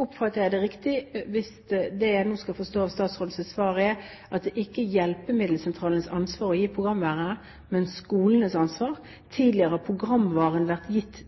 Oppfatter jeg det riktig hvis det jeg nå skal forstå av statsrådens svar, er at det ikke er hjelpemiddelsentralenes ansvar å gi programvare, men skolenes ansvar. Tidligere har programvare vært gitt